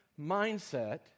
mindset